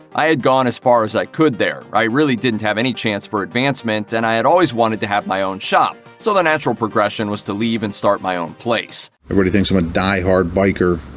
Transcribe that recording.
i had gone as far as i could there. i really didn't have any chance for advancement, and i had always wanted to have my own shop, so the natural progression was to leave and start my own place. everybody thinks i'm a die hard biker,